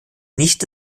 nichte